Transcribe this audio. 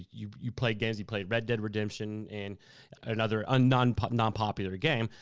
you you played games, you played red dead redemption and another and but non-popular game.